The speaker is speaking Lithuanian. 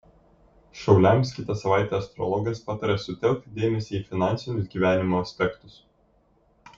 šauliams kitą savaitę astrologas pataria sutelkti dėmesį į finansinius gyvenimo aspektus